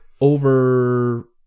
over